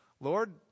Lord